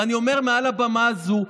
ואני אומר מעל הבמה הזו,